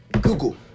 Google